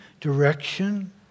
direction